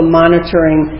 monitoring